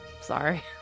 Sorry